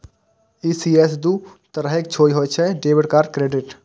ECS दू तरहक होइ छै, डेबिट आ क्रेडिट